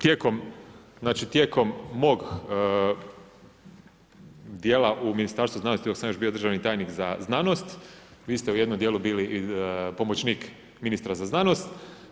Tijekom mog dijela u ministarstvu znanosti dok sam još bio državni tajnik za znanost, vi ste u jednom dijelu bili i pomoćnik ministra za znanost.